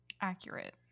Accurate